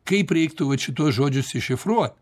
kaip reiktų vat šituos žodžius iššifruot